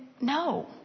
no